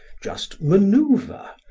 just maneuver,